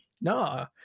No